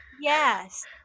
Yes